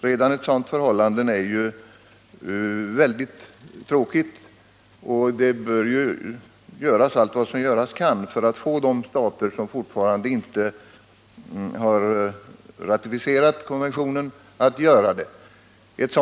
Redan detta förhållande är mycket tråkigt, och alla åtgärder som kan vidtas för att de stater som fortfarande inte har ratificerat konventionen skall göra det bör också vidtas.